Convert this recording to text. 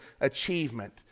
achievement